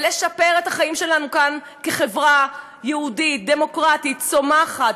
ולשפר את החיים שלנו כאן כחברה יהודית ודמוקרטית צומחת,